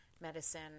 medicine